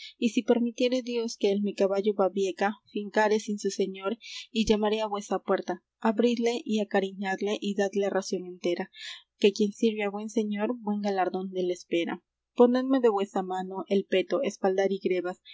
si permitiere dios que el mi caballo babieca fincare sin su señor y llamare á vuesa puerta abridle y acariñadle y dadle ración entera que quien sirve á buen señor buen galardón dél espera ponedme de vuesa mano el peto espaldar y grevas